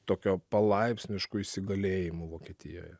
tokio palaipsnišku įsigalėjimu vokietijoje